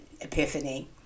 epiphany